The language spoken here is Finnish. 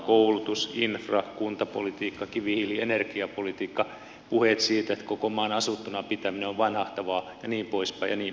koulutus infra kuntapolitiikka kivihiili energiapolitiikka puheet siitä että koko maan asuttuna pitäminen on vanhahtavaa ja niin poispäin ja niin poispäin